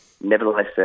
Nevertheless